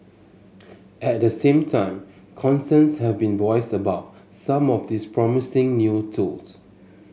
at the same time concerns have been voiced about some of these promising new tools